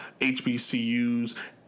HBCUs